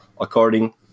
according